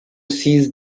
sees